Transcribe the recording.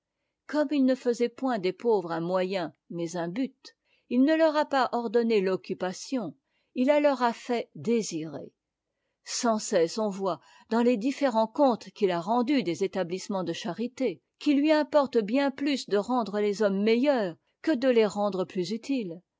comme ils ne faisaient point des pauvres un moyen mais un but ils ne leur ont pas ordonné l'occupation mais ils la leur ont fait désirer sans cesse on voit dans les différents comptes rendus de ces établissements de charité qu'il importait bien plus à leurs fondateurs de rendre les hommes meilleurs que de les rendre plus utiles